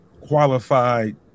qualified